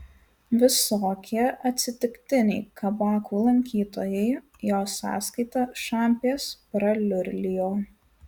visokie atsitiktiniai kabakų lankytojai jo sąskaita šampės praliurlijo